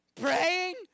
praying